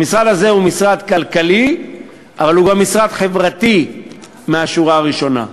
המשרד הזה הוא משרד כלכלי אבל הוא גם משרד חברתי מהשורה הראשונה.